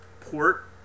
port